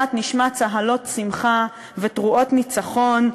יכול להיות שעוד מעט נשמע צהלות שמחה ותרועות ניצחון,